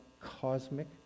cosmic